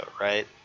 right